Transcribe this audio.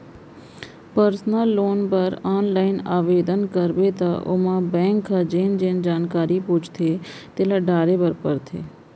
personal जोन बर online आबेदन करबे त ओमा बेंक ह जेन जेन जानकारी पूछथे तेला डारे बर परथे